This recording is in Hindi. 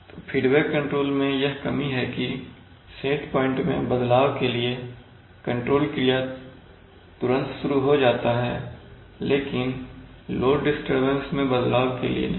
तो फीडबैक कंट्रोल मैं यह कमी है कि सेट प्वाइंट में बदलाव के लिए कंट्रोल क्रिया तुरंत शुरू हो जाता है लेकिन लोड डिस्टरबेंस मैं बदलाव के लिए नहीं